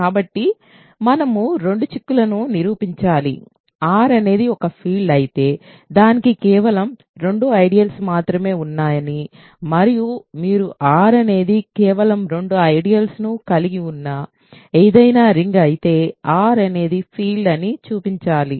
కాబట్టి మనము రెండు చిక్కులను నిరూపించాలి R అనేది ఒక ఫీల్డ్ అయితే దానికి కేవలం రెండు ఐడియల్స్ మాత్రమే ఉన్నాయని మరియు మీరు R అనేది కేవలం రెండు ఐడియల్స్ ను కలిగి ఉన్న ఏదైనా రింగ్ అయితే R అనేది ఫీల్డ్ అని చూపించాలి